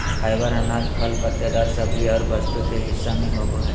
fibre अनाज, फल पत्तेदार सब्जी और वस्तु के हिस्सा में होबो हइ